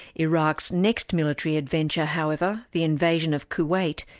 iraq's next military adventure however, the invasion of kuwait,